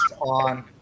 on